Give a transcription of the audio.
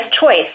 choice